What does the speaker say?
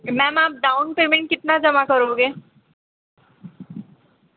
ma'am आप down payment कितना जमा करोगे